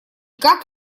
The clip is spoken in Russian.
как